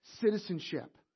citizenship